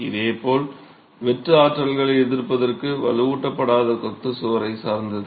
இதேபோல் வெட்டு ஆற்றல்களை எதிர்ப்பதற்கு வலுவூட்டப்படாத கொத்து சுவரைச் சார்ந்தது